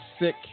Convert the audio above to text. sick